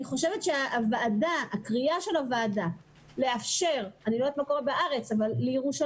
אני חושבת שקריאה של הוועדה לאפשר למינהל החינוך בירושלים,